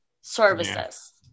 services